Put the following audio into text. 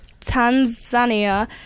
tanzania